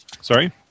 Sorry